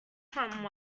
from